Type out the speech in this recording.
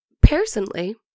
personally